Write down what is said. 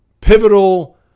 Pivotal